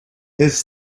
his